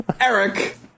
Eric